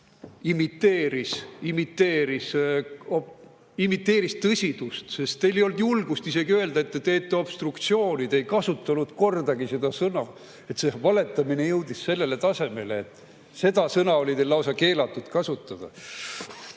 ääres imiteeris tõsidust, sest teil ei olnud julgust isegi öelda, et te teete obstruktsiooni. Te ei kasutanud kordagi seda sõna. Valetamine jõudis sellele tasemele, et seda sõna oli teil lausa keelatud kasutada.